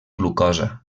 glucosa